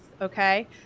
Okay